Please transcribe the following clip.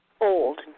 old